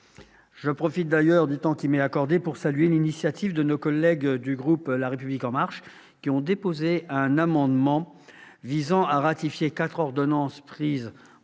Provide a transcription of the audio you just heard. Je profite d'ailleurs du temps qui m'est accordé pour saluer l'initiative de nos collègues du groupe La République En Marche, qui ont déposé un amendement visant à ratifier quatre ordonnances prises en